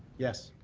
yes.